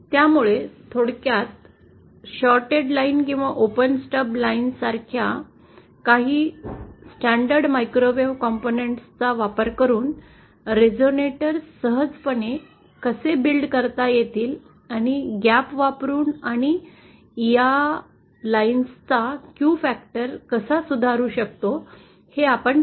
त्यामुळे थोडक्यात shorted lines किंवा ओपन स्टब लाईन्स सारख्या काही स्टंडर्ड मायक्रोवेव कंपोनेंट्स चा वापर करून रेझोनेटर सहजपणे कसे बिल्ड करता येतील आणि गॅप वापरून आपण या लाइन्स चा Q फॅक्टर कसा सुधारू शकतो हे आपण पाहिले